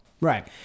Right